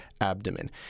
abdomen